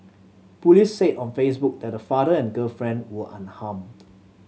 police said on Facebook that the father and girlfriend were unharmed